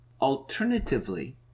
Alternatively